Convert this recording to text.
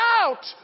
out